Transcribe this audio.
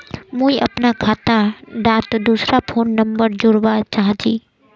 मुई अपना खाता डात दूसरा फोन नंबर जोड़वा चाहची?